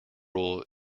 rule